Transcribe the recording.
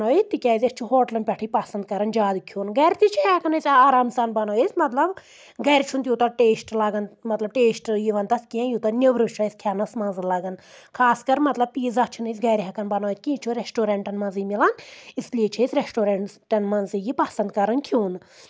بنٲیِتھ تِکیازِ أسۍ چھُ ہوٹلن پؠٹھٕے پسنٛد کران زیادٕ کھیٚون گرِ تہِ چھِ ہؠکان أسۍ آرام سان بَنٲیِتھ مطلب گرِ چھُنہٕ توٗتاہ ٹیسٹ لگان مطلب ٹیسٹ یِوان تَتھ کینٛہہ یوٗتاہ نؠبرٕ چھُ اَسہِ کھؠنَس منٛزٕ لگان خاص کر مطلب پیٖزا چھِنہٕ أسۍ گرِ ہؠکان بنٲوِتھ کینٛہہ یہِ چھُ ریسٹورنٹن منٛزٕے مِلان اس لیے چھِ أسۍ ریسٹورنٹن منٛزٕے یہِ پسنٛد کران کھیوٚن